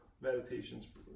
meditations